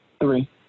Three